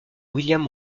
william